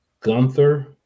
Gunther